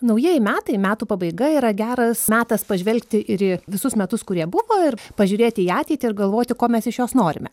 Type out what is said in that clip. naujieji metai metų pabaiga yra geras metas pažvelgti ir į visus metus kurie buvo ir pažiūrėti į ateitį ir galvoti ko mes iš jos norime